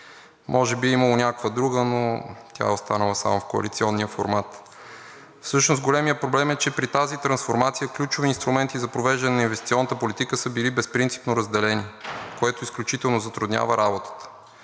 Може би е имало някаква друга, но тя е останала само в коалиционния формат. Всъщност големият проблем е, че при тази трансформация ключови инструменти за провеждане на инвестиционната политика са били безпринципно разделени, което изключително затруднява работата.